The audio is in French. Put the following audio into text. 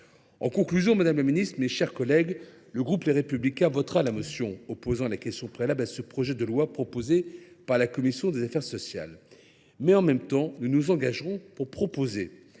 En conclusion, madame la ministre, mes chers collègues, le groupe Les Républicains votera la motion tendant à opposer la question préalable proposée par la commission des affaires sociales. Dans le même temps, nous nous engageons à proposer